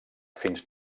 fins